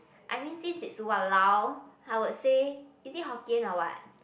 I mean since it's !walao! I would say is it hokkien or what